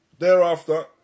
Thereafter